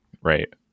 right